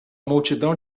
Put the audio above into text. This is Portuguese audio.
multidão